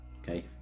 Okay